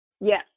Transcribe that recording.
Yes